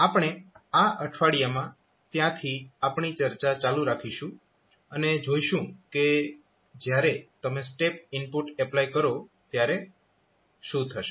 તો આપણે આ અઠવાડિયામાં ત્યાંથી આપણી ચર્ચા ચાલુ રાખીશું અને જોઇશું કે જ્યારે તમે સ્ટેપ ઇનપુટ એપ્લાય કરો ત્યારે શું થશે